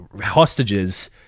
hostages